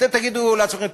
אתם תגידו לעצמכם,